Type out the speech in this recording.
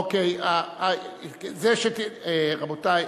ראובן ריבלין: